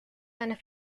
and